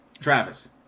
Travis